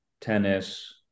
tennis